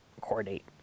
coordinate